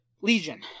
Legion